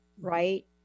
right